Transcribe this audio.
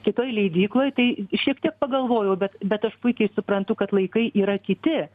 kitoj leidykloj tai šiek tiek pagalvojau bet bet aš puikiai suprantu kad laikai yra kiti